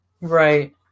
Right